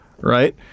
Right